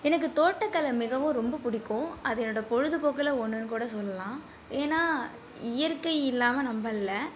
எனக்குத் தோட்டக்கலை மிகவும் ரொம்ப பிடிக்கும் அது என்னோடய பொழுதுபோக்கில் ஒன்றுனு கூட சொல்லலாம் ஏன்னால் இயற்கை இல்லாமல் நம்ம இல்லை